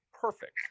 Perfect